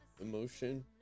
emotion